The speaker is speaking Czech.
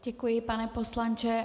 Děkuji, pane poslanče.